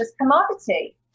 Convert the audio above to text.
commodity